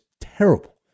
terrible